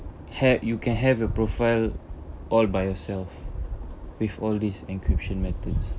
have you can have your profile all by yourself with all these encryption methods